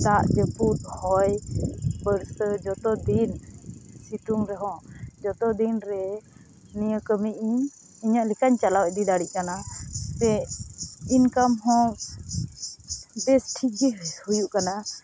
ᱫᱟᱜᱼᱡᱟᱹᱯᱩᱫ ᱦᱚᱭ ᱵᱚᱨᱥᱟ ᱡᱚᱛᱚᱫᱤᱱ ᱥᱤᱛᱩᱝ ᱨᱮᱦᱚᱸ ᱡᱚᱛᱚ ᱫᱤᱱᱨᱮ ᱱᱤᱭᱟᱹ ᱠᱟᱹᱢᱤ ᱤᱧ ᱤᱧᱟᱹᱜ ᱞᱮᱠᱟᱧ ᱪᱟᱞᱟᱣ ᱤᱫᱤ ᱫᱟᱲᱮᱜ ᱠᱟᱱᱟ ᱥᱮ ᱤᱱᱠᱟᱢᱦᱚᱸ ᱵᱮᱥ ᱴᱷᱤᱠᱜᱮ ᱦᱩᱭᱩᱜ ᱠᱟᱱᱟ